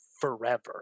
forever